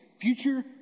Future